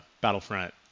battlefront